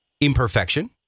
Imperfection